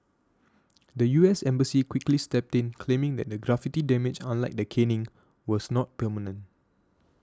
the U S Embassy quickly stepped in claiming that the graffiti damage unlike the caning was not permanent